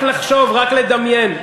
נכון, באמת, לא, רק לחשוב, רק לדמיין,